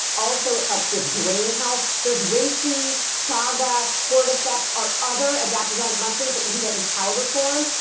also it helps with brain health. there's reishi, chaga, cordyceps are other adaptogenic mushrooms that you can get in powder form.